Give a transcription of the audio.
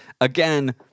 Again